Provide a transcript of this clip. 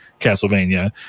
Castlevania